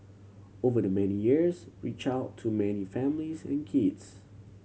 over the many years reached out to many families and kids